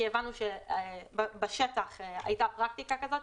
כי הבנו שבשטח הייתה פרקטיקה כזאת,